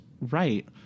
right